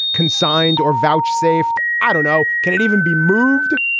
consigned or vouchsafed? i don't know. can it even be moved?